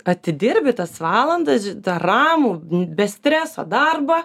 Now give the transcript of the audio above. atidirbi tas valandas ž tą ramų be streso darbą